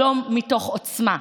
שלום מתוך עוצמה,